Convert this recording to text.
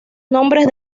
nombres